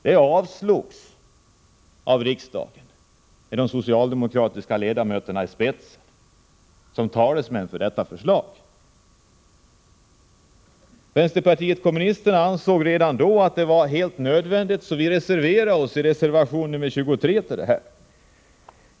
Detta förslag avslogs av riksdagen, med de socialdemokratiska ledamöterna i spetsen. Vänsterpartiet kommunisterna ansåg redan då att det var helt nödvändigt att göra något, så vi avgav en reservation, nr 23, till utskottsbetänkandet.